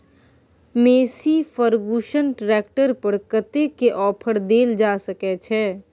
Massey Ferguson tractor पर कतेक के ऑफर देल जा सकै छै?